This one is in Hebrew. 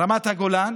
רמת הגולן,